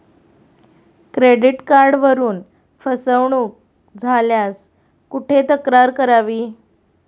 Credit कार्डवरून फसवणूक झाल्यास कुठे तक्रार करावी?